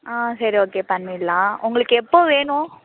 ஆ சரி ஓகே பண்ணிடலாம் உங்களுக்கு எப்போது வேணும்